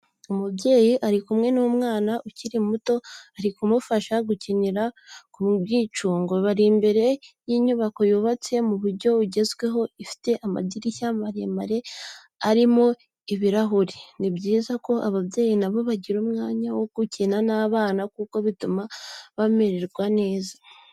Umubyeyi ari kumwe n'umwana ukiri muto ari kumufasha gukinira ku mwicungo, bari imbere y'inyubako yubatse mu buryo bugezweho ifite amadirishya maremare arimo ibirahuri. Ni byiza ko ababyeyi nabo bagira umwanya wo gukina n'abana kuko bituma bamererwa neza.